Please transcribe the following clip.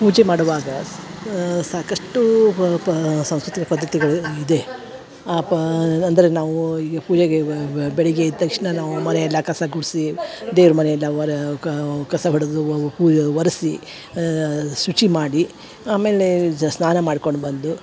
ಪೂಜೆ ಮಾಡುವಾಗ ಸಾಕಷ್ಟು ವ ಪ ಸಾಂಸ್ಕೃತಿಕ ಪದ್ಧತಿಗಳು ಇದೆ ಪಾ ಅಂದರೆ ನಾವು ಈಗ ಪೂಜೆಗೆ ಬೆಳಗ್ಗೆ ಎದ್ದ ತಕ್ಷಣ ನಾವು ಮನೆ ಎಲ್ಲ ಕಸ ಗುಡಿಸಿ ದೇವ್ರ ಮನೆ ಎಲ್ಲ ಹೊರ ಕಸ ಒಡದು ಒ ಒ ಪೂಜ ಒರಸಿ ಶುಚಿ ಮಾಡಿ ಆಮೇಲೆ ಜ ಸ್ನಾನ ಮಾಡ್ಕೊಂಡು ಬಂದು